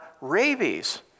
rabies